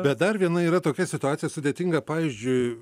bet dar viena yra tokia situacija sudėtinga pavyzdžiui